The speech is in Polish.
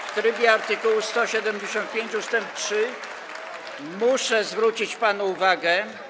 W trybie art. 175 ust. 3 muszę zwrócić panu uwagę.